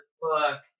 book